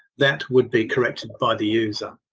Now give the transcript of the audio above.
that would be corrected by the user.